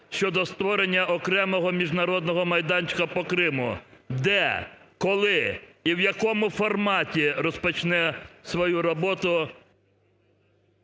щодо створення окремого міжнародного майданчика по Криму? Де, коли і в якому форматі розпочне свою роботу...